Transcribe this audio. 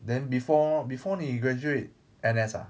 then before before 你 graduate N_S ah